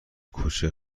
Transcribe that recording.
کوچه